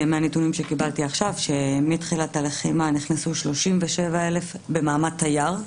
מהנתונים שקיבלתי עכשיו שמתחילת הלחימה נכנסו מרוסיה 37,000 במעמד תייר,